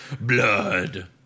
blood